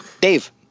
Dave